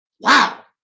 Wow